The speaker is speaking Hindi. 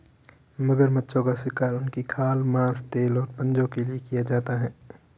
मगरमच्छों का शिकार उनकी खाल, मांस, तेल और पंजों के लिए किया जाता है